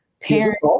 parents